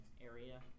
area